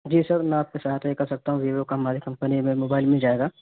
جی sir میں آپ کا سہایتا یہ کر سکتا ہوں ویوو کا ہماری کمپنی میں موبائل مل جائے گا